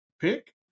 pick